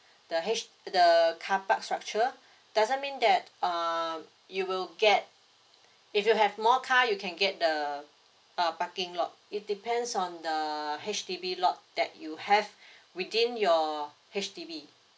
the H the the carpark structure doesn't mean that err you will get if you have more car you can get the uh parking lot it depends on the H_D_B lot that you have within your H_D_B